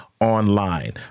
online